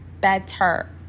better